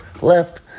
left